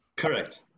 Correct